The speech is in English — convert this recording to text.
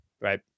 Right